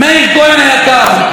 מאיר כהן היקר,